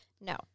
No